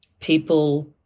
people